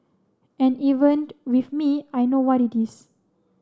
and evened with me I know what it is